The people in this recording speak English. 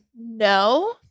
No